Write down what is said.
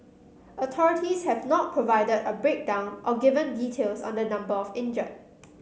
authorities have not provided a breakdown or given details on the number of injured